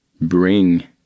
bring